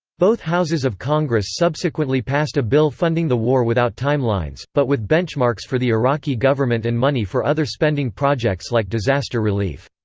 both houses of congress subsequently passed a bill funding the war without timelines, but with benchmarks for the iraqi government and money for other spending projects like disaster relief.